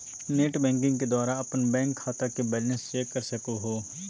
net banking के द्वारा अपन बैंक खाता के बैलेंस चेक कर सको हो